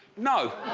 no!